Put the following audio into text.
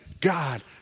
God